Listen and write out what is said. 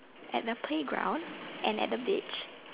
at the playground and at the beach